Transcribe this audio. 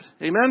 Amen